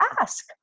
ask